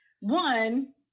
One